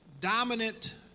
dominant